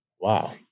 Wow